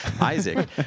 Isaac